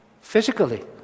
physically